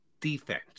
defense